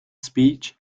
speech